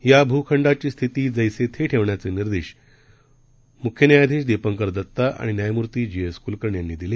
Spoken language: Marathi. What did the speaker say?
याभूखंडाचीस्थितीजैसेथे ठेवण्याचेनिर्देशमुख्यन्यायाधीशदीपंकरदत्ताआणिन्यायमूर्तीजीएसकुलकर्णीयांनीदिले